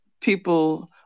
people